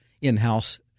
in-house